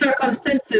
circumstances